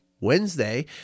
Wednesday